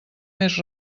més